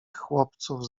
chłopców